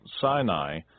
Sinai